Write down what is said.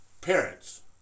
parents